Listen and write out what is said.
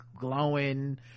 glowing